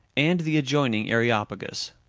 and the adjoining areopagus.